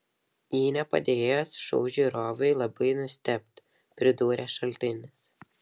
jei ne padėjėjos šou žiūrovai labai nustebtų pridūrė šaltinis